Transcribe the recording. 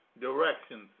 directions